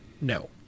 No